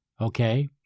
Okay